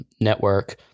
network